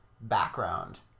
background